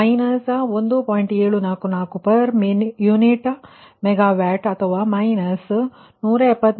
744 per unit megawatt ಅಥವಾ minus 174